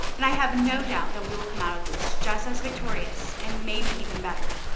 and i have no doubt that we will come out of this just as victorious and maybe even better.